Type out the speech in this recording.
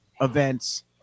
events